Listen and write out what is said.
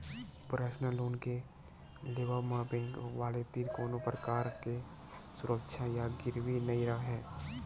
personal loan के लेवब म बेंक वाले तीर कोनो परकार के सुरक्छा या गिरवी नइ राहय